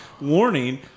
warning